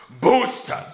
boosters